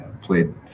played